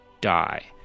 die